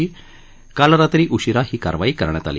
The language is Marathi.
शनिवारी रात्री उशिरा ही कारवाई करण्यात आली